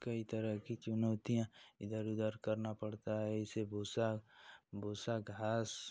कई तरह की चुनौतियाँ इधर उधर करना पड़ता है इसे भूसा भूसा घास